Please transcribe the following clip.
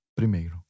primeiro